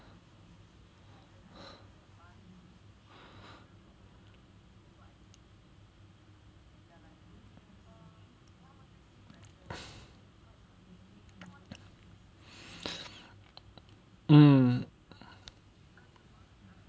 mm